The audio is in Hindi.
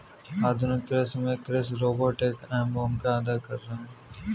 आधुनिक कृषि में कृषि रोबोट एक अहम भूमिका अदा कर रहे हैं